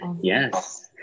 yes